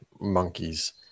monkeys